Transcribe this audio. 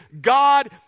God